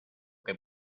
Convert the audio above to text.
que